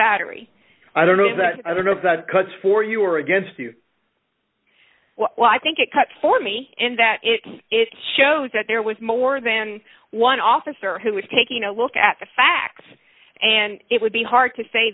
battery because for you or against you well i think it cuts for me in that it is shows that there was more than one officer who was taking a look at the facts and it would be hard to say